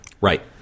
Right